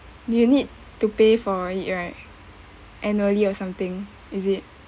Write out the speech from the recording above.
you need to pay for it right annually or something is it